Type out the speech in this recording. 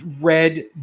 red